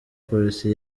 polisi